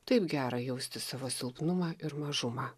taip gera jausti savo silpnumą ir mažumą